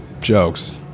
jokes